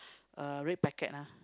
a red packet lah